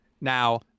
Now